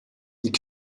die